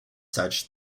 such